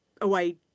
away